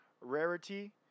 rarity